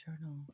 journal